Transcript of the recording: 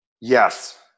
Yes